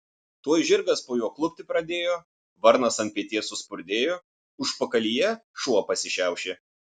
tuoj žirgas po juo klupti pradėjo varnas ant peties suspurdėjo užpakalyje šuo pasišiaušė